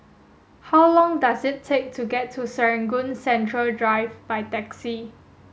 how long does it take to get to Serangoon Central Drive by taxi